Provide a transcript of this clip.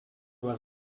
was